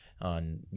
on